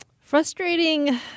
Frustrating